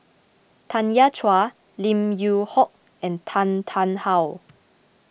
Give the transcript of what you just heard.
Tanya Chua Lim Yew Hock and Tan Tarn How